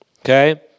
Okay